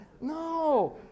No